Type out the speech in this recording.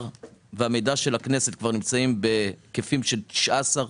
והמידע של הכנסת כבר נמצאים בהיקפים של 19,